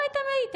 איפה הייתם?